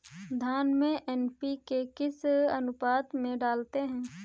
धान में एन.पी.के किस अनुपात में डालते हैं?